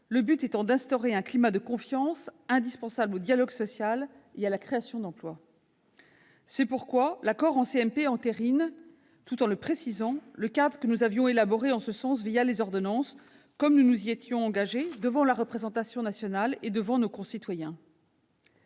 le but étant d'instaurer un climat de confiance indispensable au dialogue social et à la création d'emploi. C'est pourquoi l'accord en commission mixte paritaire entérine, tout en le précisant, le cadre que nous avions élaboré en ce sens, les ordonnances, comme nous nous y étions engagés devant la représentation nationale et nos concitoyens.